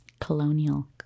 Colonial